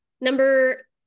Number